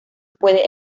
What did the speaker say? puede